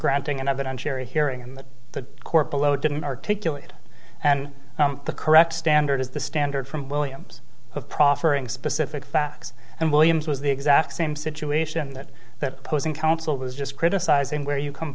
granting and i've been unfair hearing in the court below didn't articulate and the correct standard is the standard from williams of proffering specific facts and williams was the exact same situation that that opposing counsel was just criticizing where you come